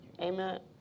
Amen